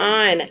on